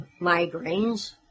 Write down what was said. migraines